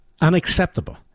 Unacceptable